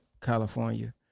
California